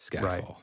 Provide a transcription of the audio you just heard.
Right